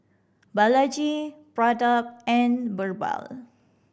Balaji Pratap and Birbal